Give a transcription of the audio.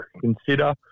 consider